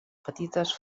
petites